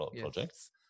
projects